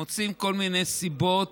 מוצאים כל מיני סיבות